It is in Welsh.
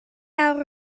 awr